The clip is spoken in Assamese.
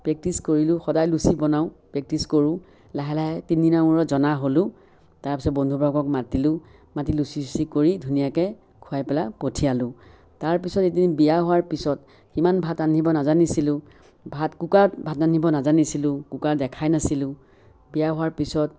প্ৰেক্টিছ কৰিলোঁ সদায় লুচি বনাওঁ প্ৰেক্টিছ কৰোঁ লাহে লাহে তিনদিনৰ মূৰত জনা হ'লো তাৰ পাছত বন্ধু বৰ্গক মাতিলোঁ মাতি লুচি চুছি কৰি ধুনীয়াকে খুৱাই পেলাই পঠিয়ালোঁ তাৰপিছত এদিন বিয়া হোৱাৰ পিছত সিমান ভাত ৰান্ধিব নাজানিছিলোঁ ভাত কুকাৰত ভাত ৰান্ধিব নাজানিছিলোঁ কুকাৰ দেখাই নাছিলোঁ বিয়া হোৱাৰ পিছত